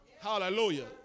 Hallelujah